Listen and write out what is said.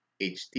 HD